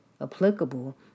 applicable